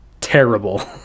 terrible